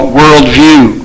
worldview